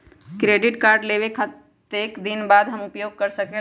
Credit card लेबे के कतेक दिन बाद हम उपयोग कर सकेला?